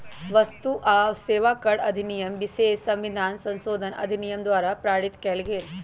वस्तु आ सेवा कर अधिनियम विशेष संविधान संशोधन अधिनियम द्वारा पारित कएल गेल